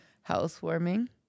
housewarming